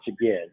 again